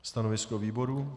Stanovisko výboru?